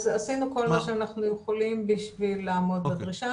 אז עשינו כל מה שאנחנו יכולים כדי לעמוד בדרישה,